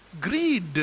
greed